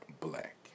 black